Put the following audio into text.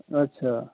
अच्छा